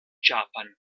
japan